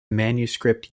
manuscript